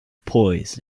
poise